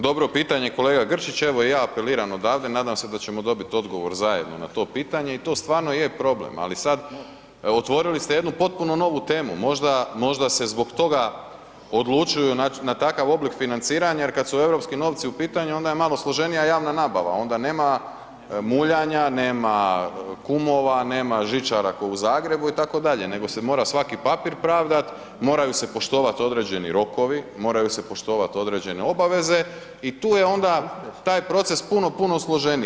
Dobro pitanje, kolega Grčić, evo i ja apeliram odavde, nadam se da ćemo dobiti odgovor zajedno na to pitanje i to stvarno je problem ali sad otvorili ste jednu potpunu novu temu, možda se zbog toga odlučuju na takav oblik financiranja jer kad su europski novci u pitanju onda je malo složenija javna nabava, onda nema muljanja, nema kumova, nema žičara ko i Zagrebu itd. nego se mora svaki papir pravdati, moraju se poštovat određeni rokovi, moraju se poštovat određene obaveze i tu je onda taj proces puno, puno složeniji.